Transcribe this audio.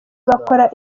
bakora